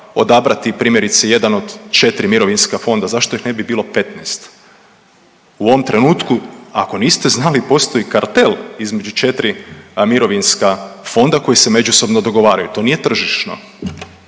odabrati, primjerice, jedan od 4 mirovinska fonda? Zašto ih ne bi bilo 15? U ovom trenutku, ako niste znali, postoji kartel između 4 mirovinska fonda koji se međusobno dogovaraju. To nije tržišno.